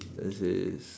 as in